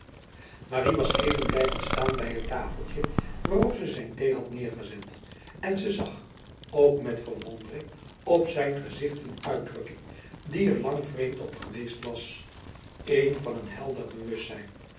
marie was blijven staan bij het tafeltje waarop ze zijn thee had neergezet en ze zag ook met verwondering op zijn gezicht een uitdrukking die er lang vreemd op geweest was een van helder bewustzijn